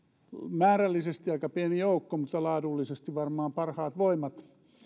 määrällisesti aika pieni joukko mutta laadullisesti varmaan parhaat voimat